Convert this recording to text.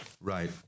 right